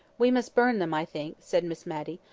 we must burn them, i think, said miss matty,